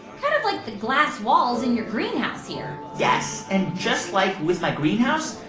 kind of like the glass walls in your greenhouse here yes. and just like with my greenhouse,